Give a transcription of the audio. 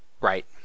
Right